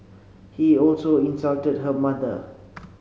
he also insulted her mother